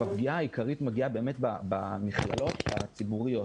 הפגיעה העיקרית מגיעה במכללות הציבוריות.